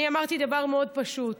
אני אמרתי דבר מאוד פשוט.